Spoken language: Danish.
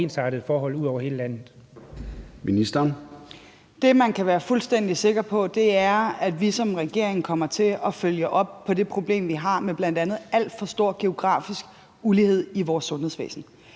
Det, man kan være fuldstændig sikker på, er, at vi som regering kommer til at følge op på det problem, vi har, med bl.a. alt for stor geografisk ulighed i vores sundhedsvæsen.